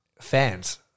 fans